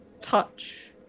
touch